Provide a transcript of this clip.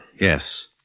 Yes